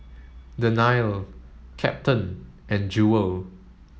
Dannielle Captain and Jewel